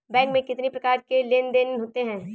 Bank में कितनी प्रकार के लेन देन देन होते हैं?